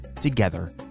together